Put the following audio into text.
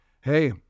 Hey